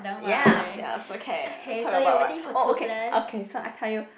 yes yes okay talk about what oh okay okay so I tell you